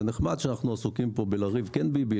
זה נחמד שאנחנו עסוקים כאן ורבים על כן ביבי,